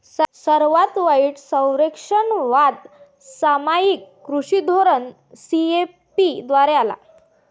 सर्वात वाईट संरक्षणवाद सामायिक कृषी धोरण सी.ए.पी द्वारे आला